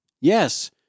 Yes